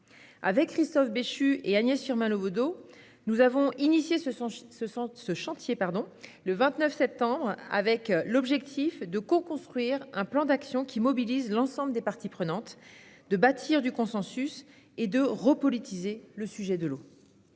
Christophe Béchu, Agnès Firmin Le Bodo et moi-même avons inauguré ce chantier, le 29 septembre dernier, avec l'objectif de coconstruire un plan d'action mobilisant l'ensemble des parties prenantes, de bâtir du consensus et de repolitiser le sujet de l'eau.